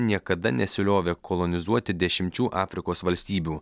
niekada nesiliovė kolonizuoti dešimčių afrikos valstybių